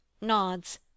nods